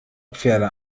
pferde